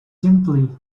simply